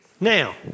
Now